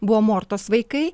buvo mortos vaikai